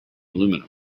aluminium